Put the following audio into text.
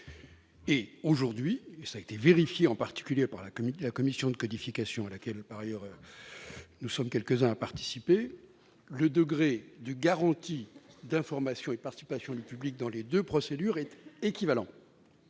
! Aujourd'hui, cela a été vérifié en particulier par la Commission supérieure de codification, à laquelle nous sommes quelques-uns à participer, le degré de garantie d'information et de participation du public dans les deux procédures est équivalent.